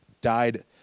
died